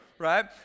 right